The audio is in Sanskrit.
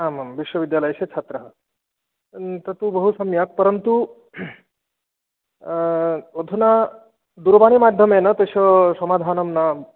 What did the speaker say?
आम् आम् विश्वविद्यालयेष्य छात्रः तत्तु बहु सम्यक् परन्तु अधुना दूरवाणिमाध्यमेन तस्य समाधानं न